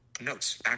Notes